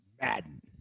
Madden